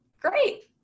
great